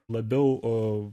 labiau o